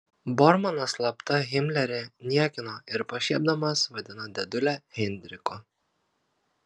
bormanas slapta himlerį niekino ir pašiepdamas vadino dėdule heinrichu